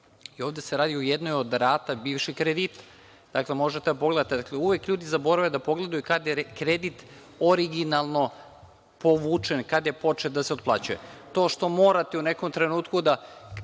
i ovde se radi o jednoj od rata bivšeg kredita. Možete da pogledate. Uvek ljudi zaborave da pogledaju kad je kredit originalno povučen i kad je počeo da se otplaćuje, a vi morate u nekom trenutku da